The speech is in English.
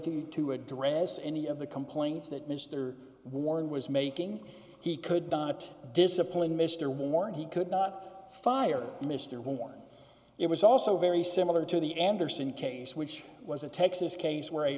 ability to address any of the complaints that mr warren was making he could not discipline mr warren he could not fire mr one it was also very similar to the andersen case which was a texas case where a